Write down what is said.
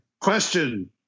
Question